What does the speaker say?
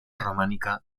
románica